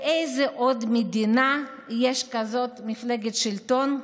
באיזו עוד מדינה יש כזו מפלגת שלטון?